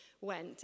went